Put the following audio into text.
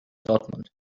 dortmund